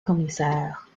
commissaire